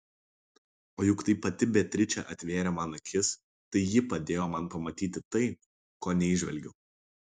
o juk tai pati beatričė atvėrė man akis tai ji padėjo man pamatyti tai ko neįžvelgiau